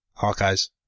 Hawkeyes